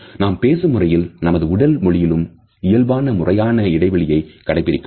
நாம் பேசும் முறையில் நமது உடல் மொழியிலும் இயல்பாக முறையான இடைவெளியை கடைபிடிக்கிறோம்